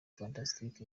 fantastic